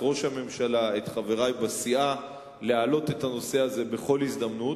את ראש הממשלה ואת חברי בסיעה להעלות את הנושא הזה בכל הזדמנות.